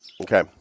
Okay